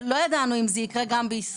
לא ידענו אם זה יקרה גם בישראל,